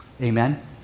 Amen